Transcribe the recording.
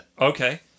Okay